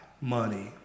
money